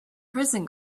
prison